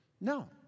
No